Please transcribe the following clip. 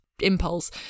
impulse